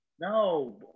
No